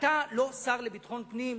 אתה השר לביטחון פנים,